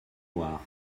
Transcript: noirs